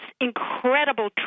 incredible